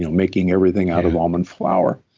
you know making everything out of almond flour.